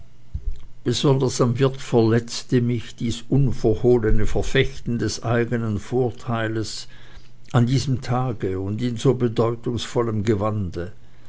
besonders am wirt verletzte mich dies unverhohlene verfechten des eigenen vorteiles an diesem tage und in so bedeutungsvollem gewande